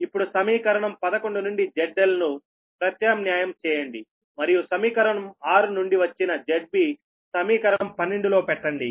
ఇప్పుడు సమీకరణం 11 నుండి ZL ను ప్రత్యామ్న్యాయం చేయండి మరియు సమీకరణం 6 నుండి వచ్చిన ZBసమీకరణం 12 లో పెట్టండి